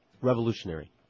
Revolutionary